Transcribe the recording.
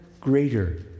greater